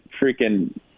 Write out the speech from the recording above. freaking